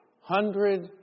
hundred